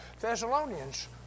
Thessalonians